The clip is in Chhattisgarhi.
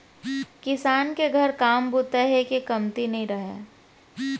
किसान के घर काम बूता हे के कमती नइ रहय